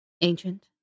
Ancient